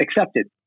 accepted